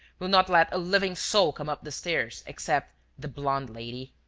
will not let a living soul come up the stairs. except the blonde lady.